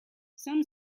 some